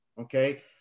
okay